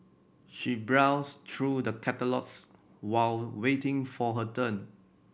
she browsed through the catalogues while waiting for her turn